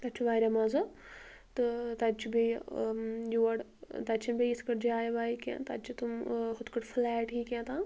تَتہِ چھُ واریاہ مزٕ تہٕ تَتہِ چھِ بیٚیہِ یور تَتہِ چھِنہٕ بیٚیہِ یِتھ کٲٹھۍ جایہِ وایہِ کیٚنٛہہ تَتہِ چھِ تِم ٲں ہُتھ کٲٹھۍ فٕلیٹ ہی کیٚہتام